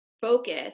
focus